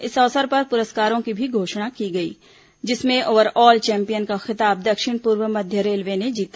इस अवसर पर पुरस्कारों की भी घोषणा की गई जिसमें ओवरऑल चैंपियन का खिताब दक्षिण पूर्व मध्य रेलवे ने जीता